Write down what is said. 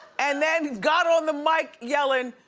and then got on the mic yellin',